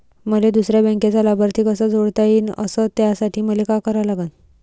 मले दुसऱ्या बँकेचा लाभार्थी कसा जोडता येईन, अस त्यासाठी मले का करा लागन?